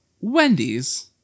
Wendy's